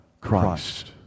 Christ